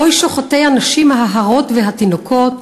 הו שוחטי הנשים ההרות והתינוקות.